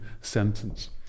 sentence